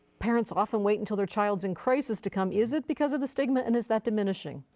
parents often wait until their child is in crisis to come? is it because of the stigma and is that diminishing?